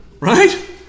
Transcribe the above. Right